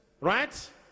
right